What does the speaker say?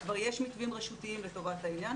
וכבר יש מתווים רשותיים לטובת העניין.